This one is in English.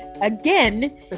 again